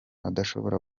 adashobora